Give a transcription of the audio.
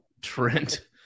Trent